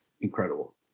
incredible